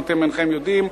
אם אתם אינכם יודעים.